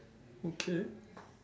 okay